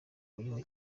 buriho